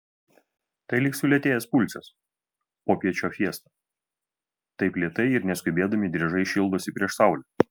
tai lyg sulėtėjęs pulsas popiečio fiesta taip lėtai ir neskubėdami driežai šildosi prieš saulę